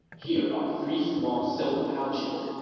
here are three small silk pouches,